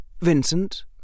Vincent